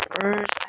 first